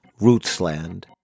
Rootsland